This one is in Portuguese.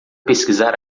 pesquisar